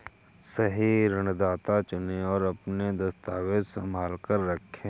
सही ऋणदाता चुनें, और अपने दस्तावेज़ संभाल कर रखें